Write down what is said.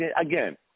Again